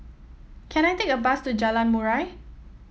can I take a bus to Jalan Murai